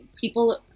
people